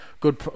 good